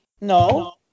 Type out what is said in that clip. No